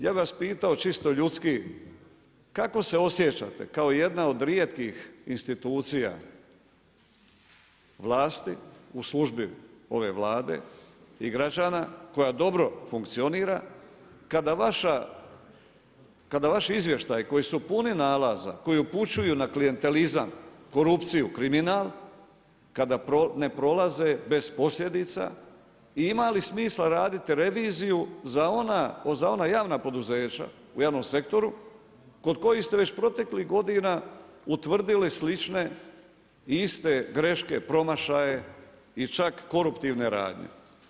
Ja bih vas pitao čito ljudski, kako se osjećate kao jedna od rijetkih institucija vlasti u službi ove Vlade i građana koja dobro funkcionira, kada vaši izvještaji koji su puni nalaza, koji upućuju na klijentelizam, korupciju, kriminal, kada ne prolaze bez posljedica i ima li smisla raditi reviziju za ona javna poduzeća u javnom sektoru kod kojih ste već proteklih godina utvrdili slične i iste greške promašaje i čak koruptivne radnje?